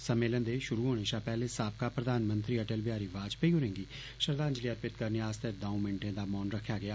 सम्मेलन दे शुरू होने शा पैहले साबका प्रधानमंत्री अटल बिहारी वाजपेयी होरेंगी श्रद्धांजलि अर्पित करने आस्तै दौंऊ मिंटे दा मौन रक्खेआ गेआ